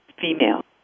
female